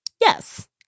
Yes